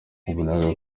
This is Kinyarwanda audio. wabonaga